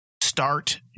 start